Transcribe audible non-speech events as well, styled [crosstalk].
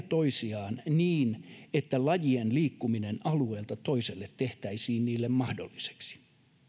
[unintelligible] toisiaan niin että lajien liikkuminen alueelta toiselle tehtäisiin niille mahdolliseksi